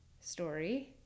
story